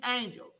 angels